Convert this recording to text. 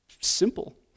simple